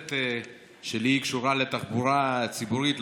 הנוספת שלי קשורה לתחבורה הציבורית,